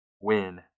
win